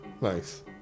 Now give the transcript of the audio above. Nice